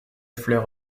fleur